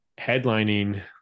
headlining